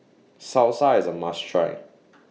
Salsa IS A must Try